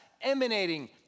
emanating